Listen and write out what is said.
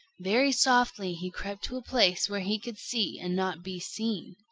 very softly he crept to a place where he could see and not be seen.